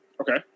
Okay